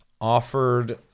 offered